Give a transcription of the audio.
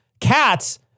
cats